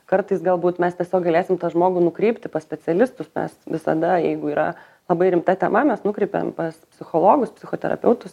kartais galbūt mes tiesiog galėsim tą žmogų nukreipti pas specialistus mes visada jeigu yra labai rimta tema mes nukreipiam pas psichologus psichoterapeutus